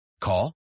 Call